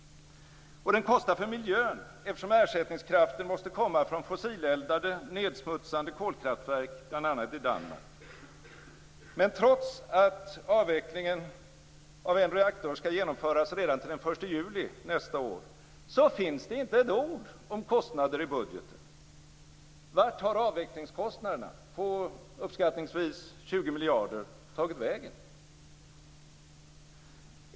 Och den kostar för miljön, eftersom ersättningskraften måste komma från fossileldade, nedsmutsande kolkraftverk, bl.a. i Danmark. Men trots att avvecklingen av en reaktor skall genomföras redan till den 1 juli nästa år, finns det inte ett ord om kostnader i budgeten. Vart har avvecklingskostnaderna på uppskattningsvis 20 miljarder tagit vägen?